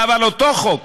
אבל אותו חוק